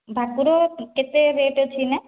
ଭାକୁର କେତେ ରେଟ୍ ଅଛି ଏଇନା